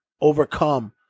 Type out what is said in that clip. overcome